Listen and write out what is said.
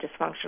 dysfunctional